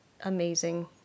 amazing